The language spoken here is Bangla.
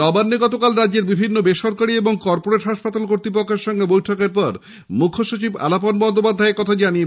নবান্নে গতকাল রাজ্যের বিভিন্ন বেসরকারি ও কর্পোরেট হাসলপাতাল কর্ত্তপক্ষের সঙ্গে বৈঠকের পর মুখ্যসচিব আলাপন বন্দ্যোপাধ্যায় একথা জানিয়েছেন